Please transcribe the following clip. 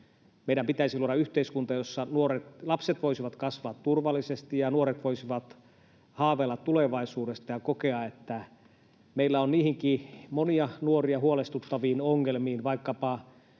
Meidän pitäisi luoda yhteiskunta, jossa lapset voisivat kasvaa turvallisesti ja nuoret voisivat haaveilla tulevaisuudesta ja kokea, että meillä on ratkaisuja niihin monia nuoria huolestuttaviin ongelmiinkin, vaikkapa